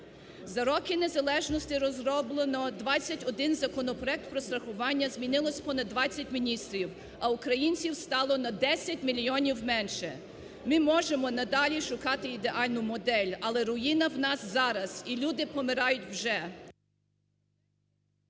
За роки незалежності розроблено 21 законопроект про страхування, змінилось понад 20 міністрів, а українців стало на 10 мільйонів менше. Ми можемо надалі шукати ідеальну модель, але руїна у нас зараз і люди помирають вже.